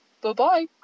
Bye-bye